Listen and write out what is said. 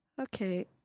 Okay